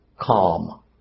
calm